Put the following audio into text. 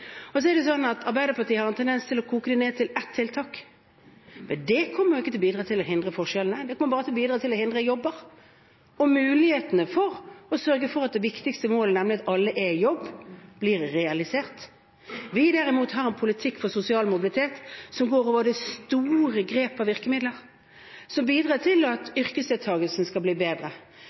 Så er det sånn at Arbeiderpartiet har en tendens til å koke det ned til ett tiltak, men det kommer jo ikke til å bidra til å hindre forskjellene. Det kommer bare til å bidra til å hindre jobber og mulighetene for å sørge for at det viktigste målet, nemlig at alle er i jobb, blir realisert. Vi, derimot, har en politikk for sosial mobilitet som går over de store grep og virkemidler, som bidrar til at yrkesdeltakelsen skal bli bedre,